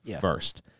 first